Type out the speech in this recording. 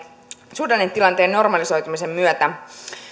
suhdannetilanteen normalisoitumisen myötä